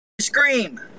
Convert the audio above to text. scream